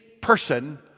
person